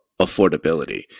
affordability